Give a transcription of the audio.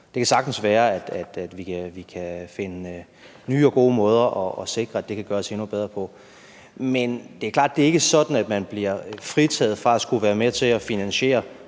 det kan sagtens være, at vi kan finde nye og gode måder at sikre, at det kan gøres endnu bedre på. Men det er klart, at det ikke er sådan, at man bliver fritaget fra at skulle være med til f.eks. at finansiere